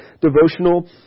devotional